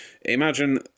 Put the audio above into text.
imagine